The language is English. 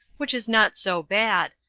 which is not so bad,